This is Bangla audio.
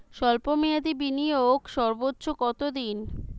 স্বল্প মেয়াদি বিনিয়োগ সর্বোচ্চ কত দিন?